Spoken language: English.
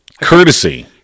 Courtesy